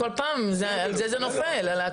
כל פעם זה נופל על זה,